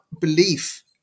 belief